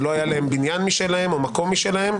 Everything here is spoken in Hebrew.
ולא היה להם בניין משלהם או מקום משלם.